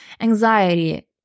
anxiety